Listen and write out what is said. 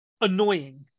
annoying